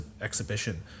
exhibition